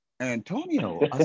Antonio